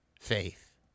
Faith